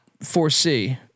foresee